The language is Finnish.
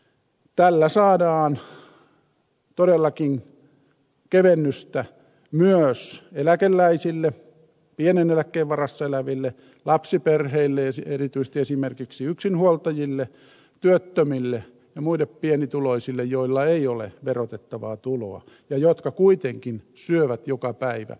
tällä saadaan todellakin kevennystä myös eläkeläisille pienen eläkkeen varassa eläville lapsiperheille erityisesti esimerkiksi yksinhuoltajille työttömille ja muille pienituloisille joilla ei ole verotettavaa tuloa ja jotka kuitenkin syövät joka päivä